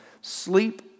Sleep